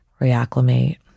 reacclimate